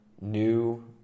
new